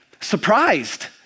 surprised